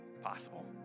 possible